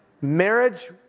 Marriage